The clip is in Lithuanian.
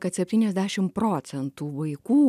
kad septyniasdešim procentų vaikų